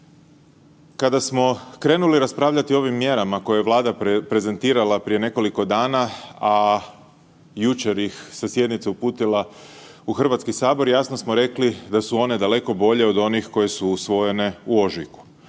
kada smo krenuli raspravljati o ovim mjerama koje je Vlada prezentirala prije nekoliko dana, a jučer ih sa sjednice uputila u Hrvatski sabor jasno smo rekli da su one daleko bolje od onih koje su usvojene u ožujku.